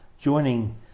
joining